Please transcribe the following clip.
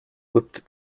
whipped